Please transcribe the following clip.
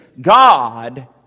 God